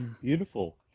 Beautiful